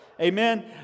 Amen